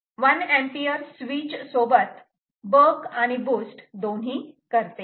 हे 1 ampere switch सोबत buck आणि बुस्ट दोन्ही करते